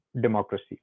democracy